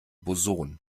boson